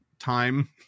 Time